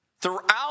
throughout